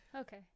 Okay